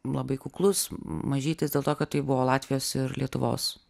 labai kuklus mažytis dėl to kad tai buvo latvijos ir lietuvos